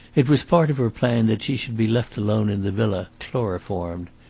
it was part of her plan that she should be left alone in the villa chloroformed.